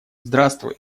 здравствуй